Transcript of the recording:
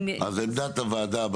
העמדה.